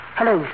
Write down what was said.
Hello